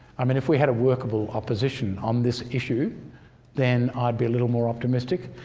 i mean if we had a workable opposition on this issue then i'd be a little more optimistic.